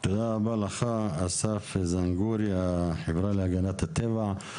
תודה רבה לך אסף זנגורי, מהחברה להגנת הטבע.